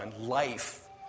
life